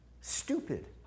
stupid